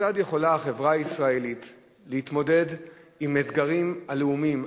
כיצד יכולה החברה הישראלית להתמודד עם האתגרים הלאומיים,